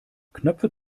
knöpfe